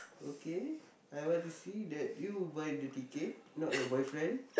okay I want to see that you buy the ticket not your boyfriend